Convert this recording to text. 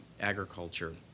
agriculture